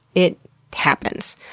it happens.